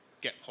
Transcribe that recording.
get